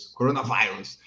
coronavirus